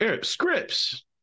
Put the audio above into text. Scripts